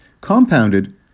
compounded